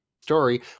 story